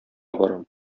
барам